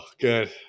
good